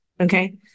Okay